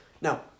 Now